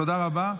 תודה רבה.